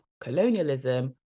colonialism